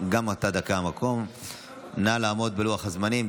התשפ"ג 2023. נא לעמוד בלוח הזמנים,